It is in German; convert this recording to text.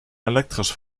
elektrisch